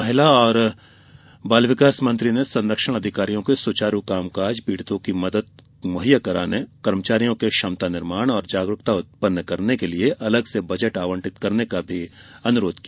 महिला एवं बाल विकास मंत्री ने संरक्षण अधिकारियों के सुचारू कामकाज पीड़ितों को मदद मुहैया कराने कर्मचारियों के क्षमता निर्माण और जागरूकता उत्पन्न करने के लिए अलग से बजट आवंटित करने का अनुरोध किया